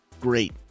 great